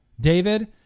David